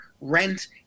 rent